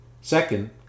Second